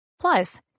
Plus